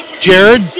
Jared